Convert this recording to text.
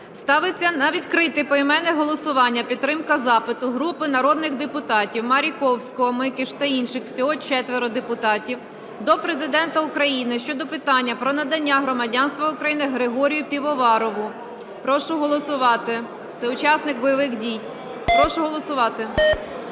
Ставиться на відкрите поіменне голосування підтримка запиту групи народних депутатів (Маріковського, Микиш та інших. Всього 4 депутатів) до Президента України щодо питання про надання громадянства України Григорію Півоварову. Прошу голосувати. Це учасник бойових дій. Прошу голосувати.